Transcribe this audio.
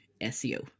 SEO